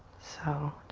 so